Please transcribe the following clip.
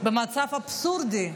במצב אבסורדי,